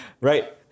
right